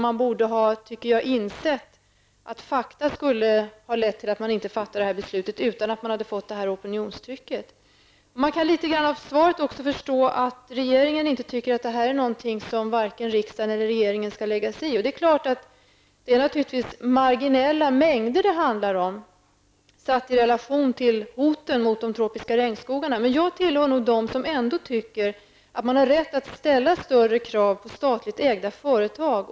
Man borde också ha insett att fakta -- och inte det här opinionstrycket -- skulle ha lett till att man inte fattade detta beslut. Av svaret kan jag förstå att regeringen tycker att detta är någonting som varken riksdag eller regeringen skall lägga sig i. Det är klart att det naturligtvis handlar om marginella mängder sett i relation till hoten mot de tropiska regnskogarna. Men jag tillhör dem som ändå anser att man har rätt att ställa högre krav på statligt ägda företag.